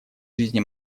жизни